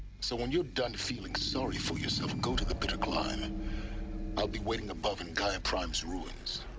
so when you're done feeling sorry for yourself, go to the bitter climb and i'll be waiting above in gaia prime's ruins